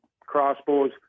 crossbows